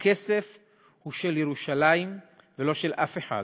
הכסף הוא של ירושלים ולא של אף אחד,